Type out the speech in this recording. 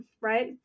right